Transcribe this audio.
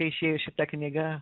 kai išėjo šita knyga